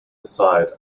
aside